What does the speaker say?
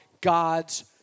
God's